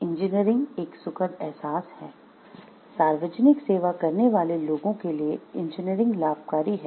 engineering एक सुखद अहसास है सार्वजनिक सेवा करने वाले लोगों के लिए इंजीनियरिंग लाभकारी है